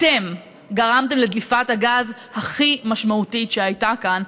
אתם גרמתם לדליפת הגז הכי משמעותית שהייתה כאן,